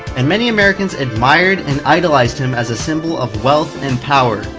and many americans admired and idolized him as a symbol of wealth and power.